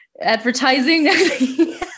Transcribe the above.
advertising